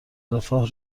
رفاه